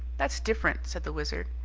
that's different, said the wizard.